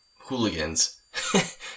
hooligans